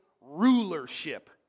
rulership